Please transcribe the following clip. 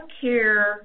care